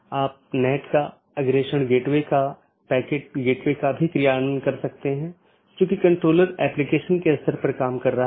इसलिए पथ को गुणों के प्रकार और चीजों के प्रकार या किस डोमेन के माध्यम से रोका जा रहा है के रूप में परिभाषित किया गया है